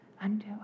Undo